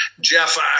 Jeff